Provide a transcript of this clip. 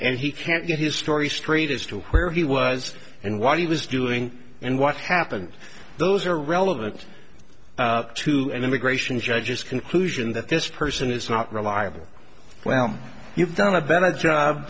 and he can't get his story straight as to where he was and what he was doing and what happened those are relevant to an immigration judges conclusion that this person is not reliable well you've done a better job